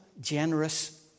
generous